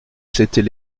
s’était